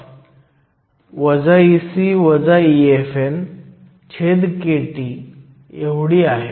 या समस्येत NA हा ND पेक्षा खूप मोठा आहे